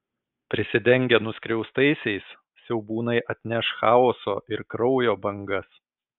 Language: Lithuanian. prisidengę nuskriaustaisiais siaubūnai atneš chaoso ir kraujo bangas